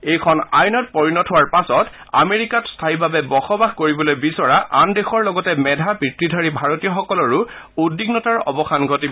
এইখন আইনত পৰিণত হোৱাৰ পাছত আমেৰিকাত স্থায়ীভাৱে বসবাস কৰিবলৈ বিচৰা আন দেশৰ লগতে মেধা বুত্তিধাৰী ভাৰতীয়সকলৰো উদ্বিগ্নতাৰ অৱসান ঘটিব